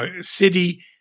city